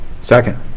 Second